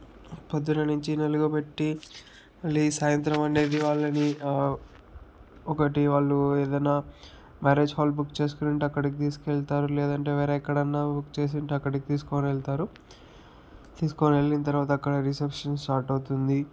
పొద్దున నుంచి నలుగు పెట్టి మళ్ళీ సాయంత్రం అనేది వాళ్ళని ఒకటి వాళ్ళు ఏదన్న మ్యారేజ్ హాల్ బుక్ చేసుకొనింటే అక్కడికి తీసుకెళ్తారు లేదంటే వేరే ఎక్కడన్నా బుక్ చేసి ఉంటే అక్కడికి తీసుకొని వెళ్తారు తీసుకొని వెళ్ళిన తర్వాత అక్కడ రిసెప్షన్ స్టార్ట్ అవుతుంది